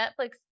Netflix